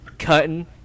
cutting